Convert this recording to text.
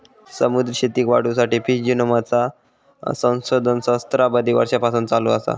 समुद्री शेतीक वाढवुसाठी फिश जिनोमचा संशोधन सहस्त्राबधी वर्षांपासून चालू असा